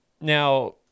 Now